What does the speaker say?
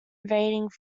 invading